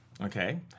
Okay